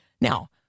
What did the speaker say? Now